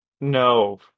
No